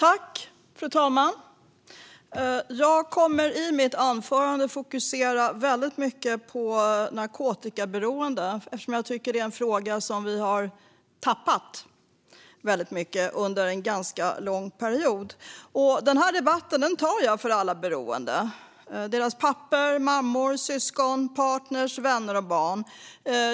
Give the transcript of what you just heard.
Fru talman! Jag kommer i mitt anförande att fokusera på narkotikaberoende, eftersom jag tycker att det är en fråga som vi har tappat väldigt mycket under en ganska lång period. Den här debatten tar jag för alla beroende, deras pappor, mammor, syskon, partner, vänner och barn.